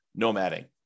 nomading